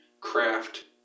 craft